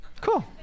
cool